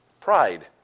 pride